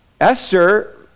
Esther